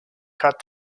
cut